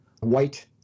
white